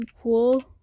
cool